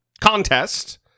contest